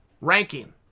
ranking